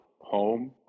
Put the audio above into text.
home